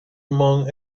among